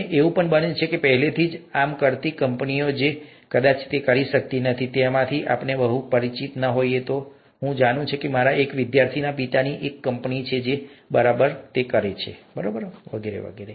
અને એવું બને છે કે ત્યાં પહેલેથી જ આ કામ કરતી કંપનીઓ છે અમે કદાચ નથી કરી શકતા કદાચ આપણે તેનાથી બહુ પરિચિત ન હોઈએ પરંતુ હું જાણું છું કે મારા એક વિદ્યાર્થીના પિતાની એક કંપની છે જે આ બરાબર કરે છે વગેરે વગેરે